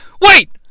Wait